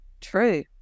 True